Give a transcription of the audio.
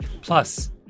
Plus